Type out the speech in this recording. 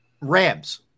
Rams